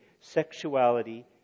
sexuality